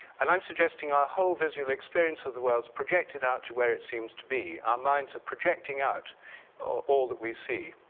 and i'm suggesting our whole visual experience of the world is projected out to where it seems to be. our minds are projecting out all that we see.